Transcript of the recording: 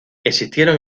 existieron